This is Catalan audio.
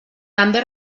també